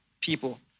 people